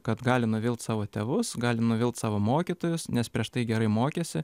kad gali nuvilt savo tėvus gali nuvilt savo mokytojus nes prieš tai gerai mokėsi